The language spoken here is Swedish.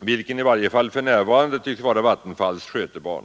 vilken i varje fall för närvarande tycks vara Vattenfalls skötebarn.